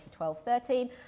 2012-13